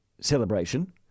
celebration